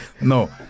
no